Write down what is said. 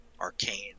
arcane